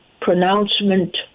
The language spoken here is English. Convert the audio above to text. pronouncement